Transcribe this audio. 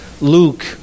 Luke